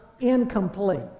incomplete